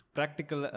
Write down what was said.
Practical